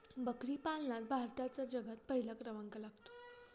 बकरी पालनात भारताचा जगात पहिला क्रमांक लागतो